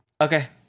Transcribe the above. Okay